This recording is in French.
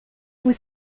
vous